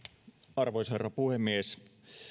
arvoisa herra puhemies